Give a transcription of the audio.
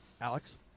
alex